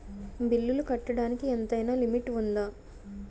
బిల్లులు కట్టడానికి ఎంతైనా లిమిట్ఉందా?